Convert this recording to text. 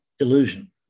illusion